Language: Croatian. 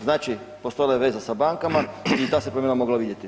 Znači, postojala je veza sa bankama i ta se promjena mogla vidjeti.